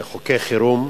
חירום,